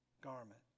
garment